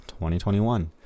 2021